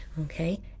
okay